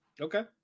Okay